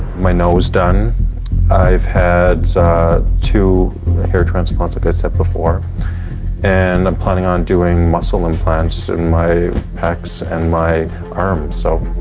my nose was done i've had to the hair transplants that like i said before and i'm planning on doing muscle implants and my pecs and my arm so